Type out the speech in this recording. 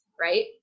right